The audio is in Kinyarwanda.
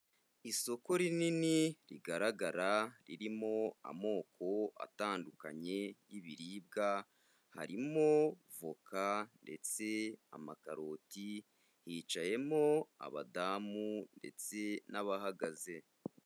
Isoko rinini rigaragara ririmo amoko atandukanye y'ibiribwa, harimo voka ndetse amakaroti, hicayemo abadamu ndetse n'abahagaze.